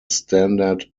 standard